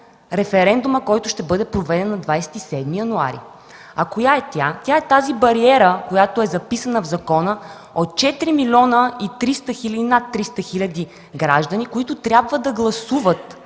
референдума, който ще бъде проведен на 27 януари. Коя е тя? Тя е бариерата, записана в закона, от 4 милиона и над 300 хил. граждани, които трябва да гласуват